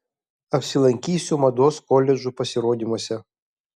apsilankysiu mados koledžų pasirodymuose